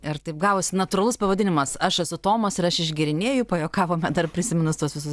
ir taip gavosi natūralus pavadinimas aš esu tomas ir aš išgėrinėju pajuokavome dar prisiminus tuos visus